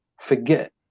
forget